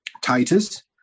Titus